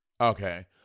Okay